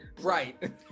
Right